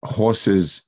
horses